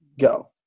go